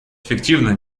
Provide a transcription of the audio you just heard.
эффективно